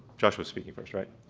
joshua's speaking first right?